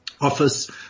Office